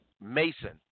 Mason